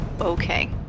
Okay